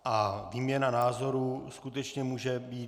A výměna názorů skutečně může být.